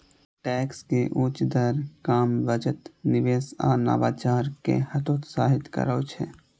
tax के उच्च दर काम, बचत, निवेश आ नवाचार कें हतोत्साहित करै छै